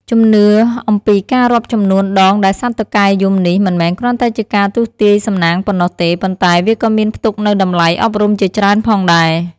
ជំនឿអំពីការរាប់ចំនួនដងដែលសត្វតុកែយំនេះ មិនមែនគ្រាន់តែជាការទស្សន៍ទាយសំណាងប៉ុណ្ណោះទេ ប៉ុន្តែវាក៏មានផ្ទុកនូវតម្លៃអប់រំជាច្រើនផងដែរ។